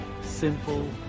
simple